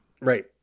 right